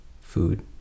food